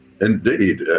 Indeed